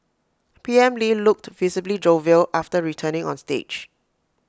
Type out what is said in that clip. P M lee looked visibly jovial after returning on stage